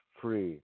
free